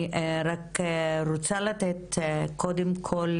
תודה רבה לכם שהגעתן כדי למסור את העדויות שלכם.